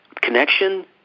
connection